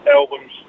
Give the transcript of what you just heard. albums